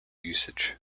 usage